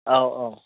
औ औ